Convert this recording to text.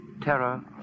Terror